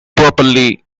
properly